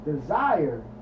desire